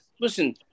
Listen